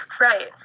Right